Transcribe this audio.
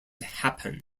happen